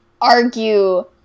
argue